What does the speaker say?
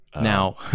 Now